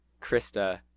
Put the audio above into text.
krista